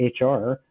hr